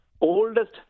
oldest